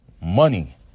money